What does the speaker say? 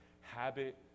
Habit